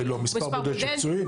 לא, מספר בודד של פצועים.